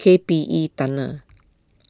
K P E Tunnel